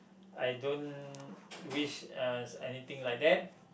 I don't wish uh anything like that